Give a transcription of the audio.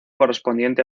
correspondiente